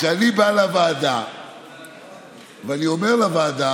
לכן כשאני בא לוועדה ואני אומר לוועדה,